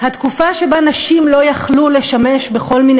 התקופה שבה נשים לא יכלו לשמש בכל מיני